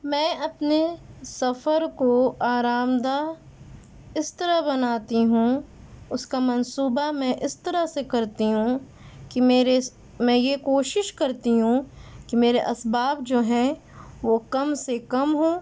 میں اپنے سفر کو آرام دہ اس طرح بناتی ہوں اس کا منصوبہ میں اس طرح سے کرتی ہوں کہ میرے میں یہ کوشش کرتی ہوں کہ میرے اسباب جو ہیں وہ کم سے کم ہوں